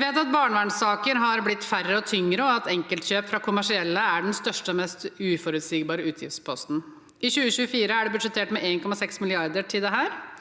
vet at barnevernssaker har blitt færre og tyngre, og at enkeltkjøp fra kommersielle er den største og mest uforutsigbare utgiftsposten. I 2024 er det budsjettert med 1,6 mrd. kr til dette.